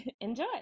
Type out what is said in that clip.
enjoy